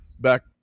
back